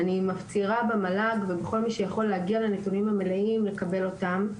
אני מפצירה במל"ג ובכל מי שיכול להגיע לנתונים המלאים לקבל אותם.